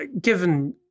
given